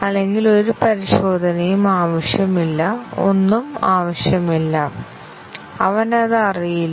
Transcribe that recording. അല്ലെങ്കിൽ ഒരു പരിശോധനയും ആവശ്യമില്ല ഒന്നും ആവശ്യമില്ല അവന് അത് അറിയില്ല